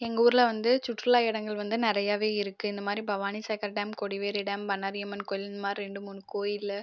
எங்கூர்ல வந்து சுற்றுலா இடங்கள் வந்து நிறையாவே இருக்குது இந்த மாதிரி பவானி சக்கரை டேம் கொடிவேரி டேம் பண்ணாரியம்மன் கோயில்ன்னு இந்த மாதிரி ரெண்டு மூணு கோயில்ல